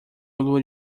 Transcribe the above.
lua